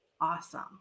Awesome